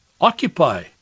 Occupy